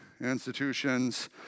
institutions